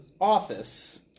office